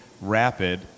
rapid